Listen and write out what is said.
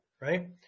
right